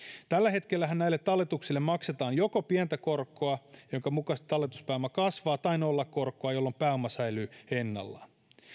tällä hetkellähän näille talletuksille maksetaan joko pientä korkoa jonka mukaisesti talletuspääoma kasvaa tai nollakorkoa jolloin pääoma säilyy ennallaan